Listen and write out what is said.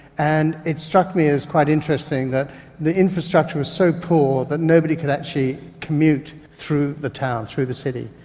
and it struck me as quite interesting that the infrastructure was so poor that nobody could actually commute through the town, through the city,